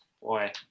boy